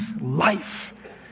life